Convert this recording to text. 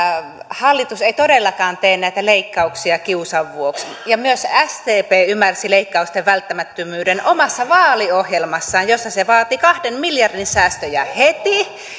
hallitus ei todellakaan tee näitä leikkauksia kiusan vuoksi myös sdp ymmärsi leikkausten välttämättömyyden omassa vaaliohjelmassaan jossa se vaati kahden miljardin säästöjä heti